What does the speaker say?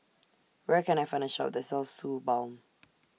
Where Can I Find A Shop that sells Suu Balm